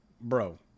Bro